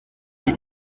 gusa